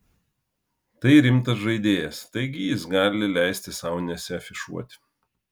tai rimtas žaidėjas taigi jis gali leisti sau nesiafišuoti